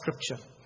scripture